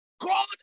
God